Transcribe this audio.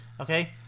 okay